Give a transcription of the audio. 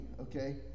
okay